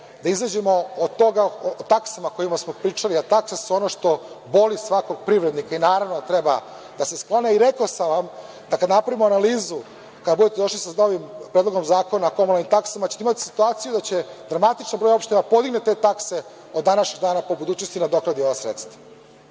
Da izađemo sa taksama o kojima smo pričali, a takse su ono što boli svakog privrednika i naravno da treba da se sklone. Rekao sam vam da kada napravimo analizu, kada budete došli sa novim Predlogom zakona, komunalnim taksama, da ćete imati situaciju da će dramatični broj opština da podigne te takse od današnjeg dana pa u budućnosti nadoknadi ova sredstva. Čvrsto